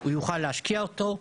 הוא יוכל להשקיע אותו,